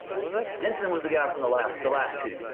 was it? jensen was the guy from the last the last two,